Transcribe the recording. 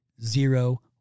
zero